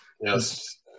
Yes